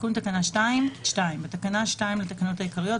תיקון תקנה 2: 2. בתקנה 2 לתקנות העיקריות,